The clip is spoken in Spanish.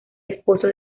esposo